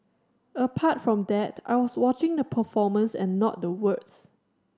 apart from that I was watching the performance and not the words